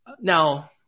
Now